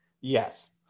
Yes